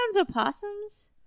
opossums